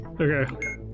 Okay